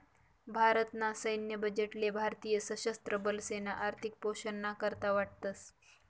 भारत ना सैन्य बजेट ले भारतीय सशस्त्र बलेसना आर्थिक पोषण ना करता वाटतस